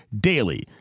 DAILY